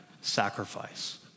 sacrifice